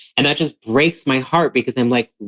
and that just breaks my heart because i'm like,